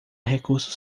recursos